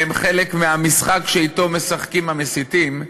והם חלק מהמשחק שהמסיתים משחקים,